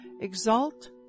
Exalt